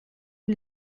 une